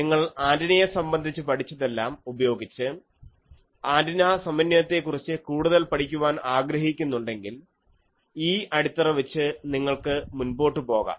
നിങ്ങൾ ആന്റിനയെ സംബന്ധിച്ച് പഠിച്ചതെല്ലാം ഉപയോഗിച്ച് ആൻറിന സമന്വയത്തെക്കുറിച്ച് കൂടുതൽ പഠിക്കുവാൻ ആഗ്രഹിക്കുന്നുണ്ടെങ്കിൽ ഈ അടിത്തറ വച്ച് നിങ്ങൾക്ക് മുൻപോട്ടു പോകാം